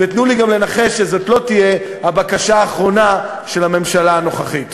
תנו לי גם לנחש שזאת לא תהיה הבקשה האחרונה של הממשלה הנוכחית.